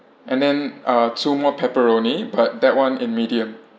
and then uh two more pepperoni but that one in medium